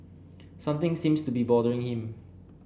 something seems to be bothering him